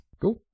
Cool